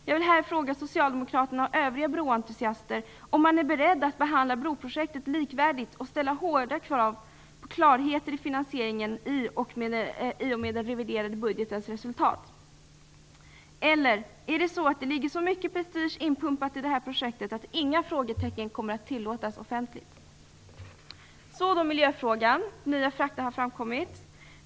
Jag vill här fråga socialdemokraterna och övriga broentusiaster: Är ni beredda att behandla broprojektet likvärdigt och att ställa hårda krav på klarheter i finansieringen i och med den reviderade budgetens resultat? Eller är så mycket prestige inpumpad i det här projektet att inga frågetecken kommer att tillåtas offentligt? Så till miljöfrågan, där nya fakta har framkommit.